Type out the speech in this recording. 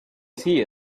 see